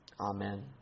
Amen